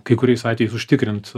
kai kuriais atvejais užtikrint